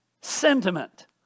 sentiment